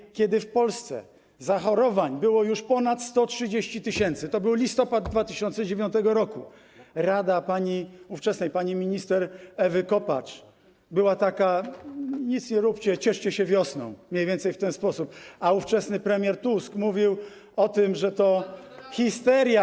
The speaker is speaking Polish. I kiedy w Polsce zachorowań było już ponad 130 tys., to był listopad 2009 r., rada ówczesnej pani minister Kopacz była taka: nic nie róbcie, cieszcie się wiosną - mniej więcej w ten sposób - a ówczesny premier Tusk mówił o tym, że to globalna histeria.